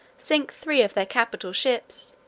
sink three of their capital ships,